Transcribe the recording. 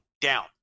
down